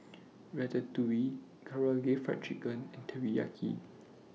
Ratatouille Karaage Fried Chicken and Teriyaki